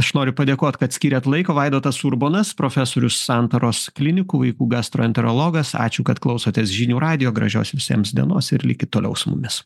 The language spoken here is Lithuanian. aš noriu padėkot kad skyrėt laiko vaidotas urbonas profesorius santaros klinikų vaikų gastroenterologas ačiū kad klausotės žinių radijo gražios visiems dienos ir likit toliau su mumis